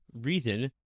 reason